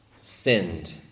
sinned